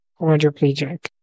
quadriplegic